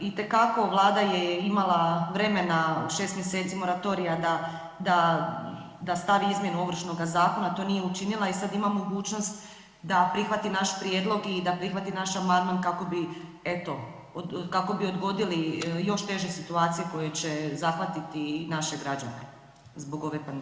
Itekako Vlada je imala vremena u 6 mjeseci moratorija da stavi izmjenu Ovršnoga zakona, to nije učinila i sad ima mogućnost da prihvati naš prijedlog i da prihvati naš amandman kako bi, eto, kako bi odgodili još teže situacije koje će zahvatiti i naše građane zbog ove pandemije.